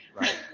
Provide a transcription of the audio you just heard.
right